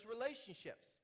relationships